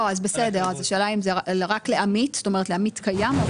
האם רק לעמית קיים או גם למצטרף?